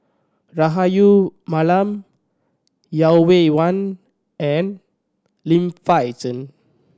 Rahayu Mahzam Yeo Wei Wei and Lim Fei Shen